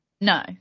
No